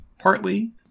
partly